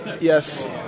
Yes